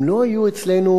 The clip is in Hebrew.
אם לא היו אצלנו,